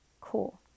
cool